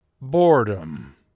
boredom